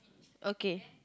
okay